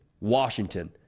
Washington